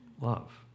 love